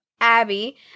Abby